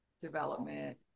development